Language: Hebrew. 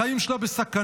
החיים שלה בסכנה.